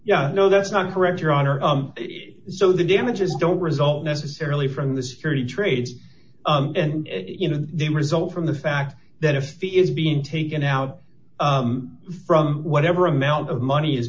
yes no that's not correct your honor so the damages don't result necessarily from the security trade and you know they result from the fact that a fee is being taken out from whatever amount of money is